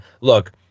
Look